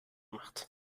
gemacht